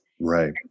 Right